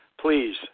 Please